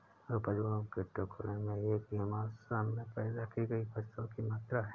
उपज भूमि के टुकड़े में एक ही मौसम में पैदा की गई फसल की मात्रा है